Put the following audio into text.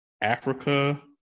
Africa